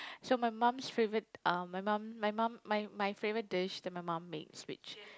so my mum's favorite uh my mum my mum my my favorite dish that my mum makes which